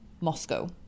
Moscow